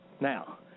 Now